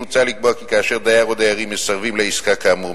מוצע לקבוע כי כאשר דייר או דיירים מסרבים לעסקה כאמור,